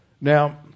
now